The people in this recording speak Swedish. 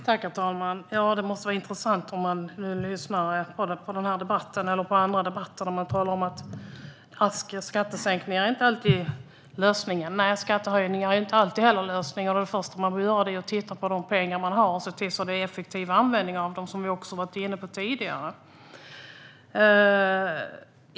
Herr talman! Det måste vara intressant att lyssna på den här och andra debatter. Man talar om att skattesänkningar inte alltid är lösningen. Nej, och skattehöjningar är inte heller alltid lösningen. Det första man bör göra är att titta på de pengar som man har och se till att det blir en effektiv användning av dem, vilket vi också har varit inne på tidigare.